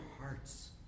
hearts